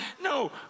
No